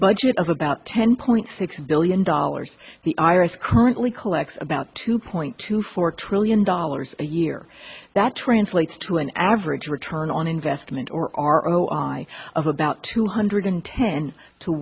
budget of about ten point six billion dollars the iris currently collects about two point two four trillion dollars a year that translates to an average return on investment or r o i of about two hundred ten to